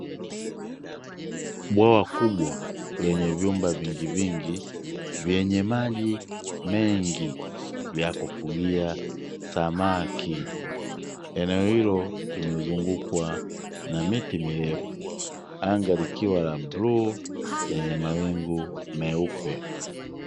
Bwawa kubwa lenye vyumba vingi vingi vyenye maji mengi vya kufugia samaki. eneo hilo limezungukwa na miti mirefu, anga likiwa la bluu lenye mawingu meupe.